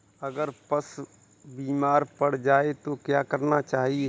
अगर पशु बीमार पड़ जाय तो क्या करना चाहिए?